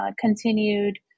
continued